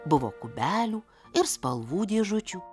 buvo kubelių ir spalvų dėžučių